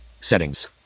Settings